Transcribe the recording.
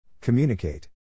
Communicate